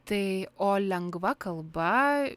tai o lengva kalba